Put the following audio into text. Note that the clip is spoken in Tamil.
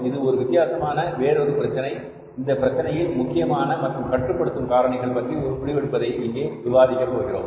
இது ஒரு வித்தியாசமான வேறொரு பிரச்சனை இந்த பிரச்சினையில் முக்கியமான மற்றும் கட்டுப்படுத்தும் காரணிகள் பற்றி ஒரு முடிவெடுப்பதை இங்கே விவாதிக்கப் போகிறோம்